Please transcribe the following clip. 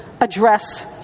address